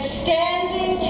standing